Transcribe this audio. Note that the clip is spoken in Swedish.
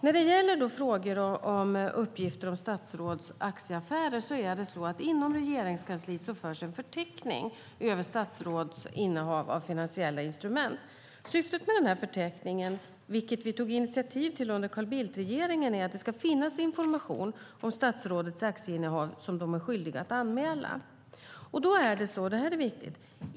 När det gäller uppgifter om statsråds aktieaffärer förs inom Regeringskansliet en förteckning över statsråds innehav av finansiella instrument. Syftet med förteckningen, som vi tog initiativ till under Carl Bildt-regeringen, är att det ska finnas information om statsråds aktieinnehav, som de är skyldiga att anmäla.